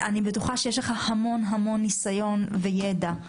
אני בטוחה שיש לך המון המון ניסיון וידע,